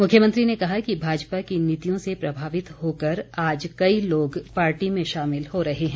मुख्यमंत्री ने कहा कि भाजपा की नीतियों से प्रभावित होकर आज कई लोग पार्टी में शामिल हो रहे हैं